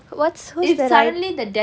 what's who's that by